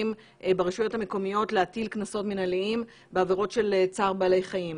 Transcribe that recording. ברשויות המקומיות להטיל קנסות מנהליים בעבירות של צער בעלי חיים.